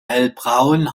hellbraun